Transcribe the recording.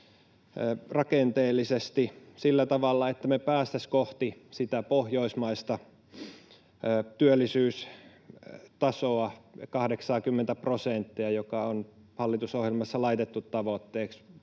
rakenteellisesti sillä tavalla, että me päästäisiin kohti sitä pohjoismaista työllisyystasoa, 80:tä prosenttia, joka on hallitusohjelmassa laitettu tavoitteeksi